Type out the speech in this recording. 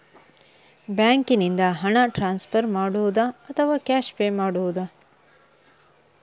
ಬ್ಯಾಂಕಿನಿಂದ ಹಣ ಟ್ರಾನ್ಸ್ಫರ್ ಮಾಡುವುದ ಅಥವಾ ಕ್ಯಾಶ್ ಪೇ ಮಾಡುವುದು?